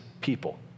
people